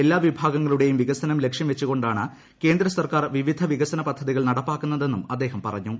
എല്ലാ വിഭാഗങ്ങളുടെയും വികസനം ലക്ഷ്യം വച്ചുകൊണ്ടാണ് കേന്ദ്ര സർക്കാർ വിവിധ വികസന പദ്ധതികൾ നടപ്പാക്കുന്നതെന്നും അദ്ദേഹം പറഞ്ഞു